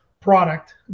product